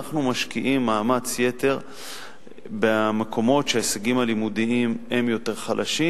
אנחנו משקיעים מאמץ יתר במקומות שההישגים הלימודיים הם יותר חלשים,